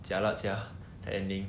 jialat sia ending